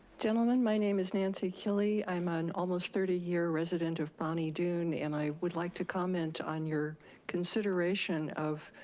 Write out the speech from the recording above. gentlemen, my name is nancy killie. i'm an almost thirty year resident of bonny doon, and i would like to comment on your consideration of